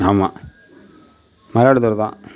ஆமாம் மயிலாடுதுறைதான்